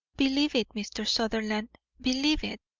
believe it, mr. sutherland, believe it.